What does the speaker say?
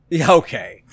Okay